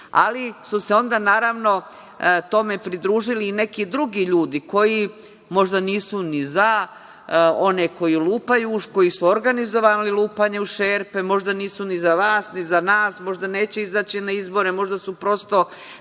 ali su se onda, naravno, tome pridružili i neki drugi ljudi koji možda nisu ni za one koji su organizovali lupanje u šerpe, možda nisu ni za vas, ni za nas, možda neće izaći na izbore, možda su prosto